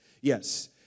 Yes